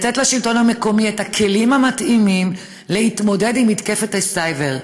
לתת לשלטון המקומי את הכלים המתאימים להתמודד עם מתקפת הסייבר.